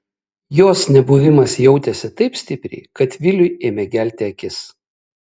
jos nebuvimas jautėsi taip stipriai kad viliui ėmė gelti akis